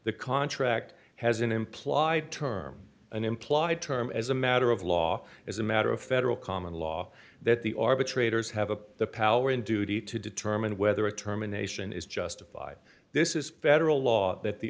the contract has an implied term an implied term as a matter of law as a matter of federal common law that the arbitrators have a power and duty to determine whether a terminations is justified this is federal law that the